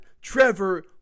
Trevor